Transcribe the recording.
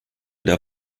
der